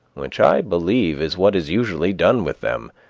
which i believe is what is usually done with them,